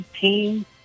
team